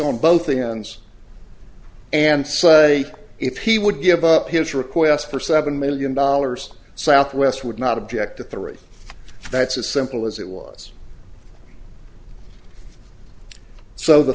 on both ends and say if he would give up his request for seven million dollars southwest would not object to three that's as simple as it was so the